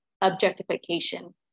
objectification